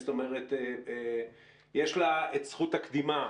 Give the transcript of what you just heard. יש לה את זכות הקדימה